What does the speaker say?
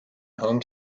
home